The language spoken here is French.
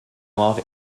mort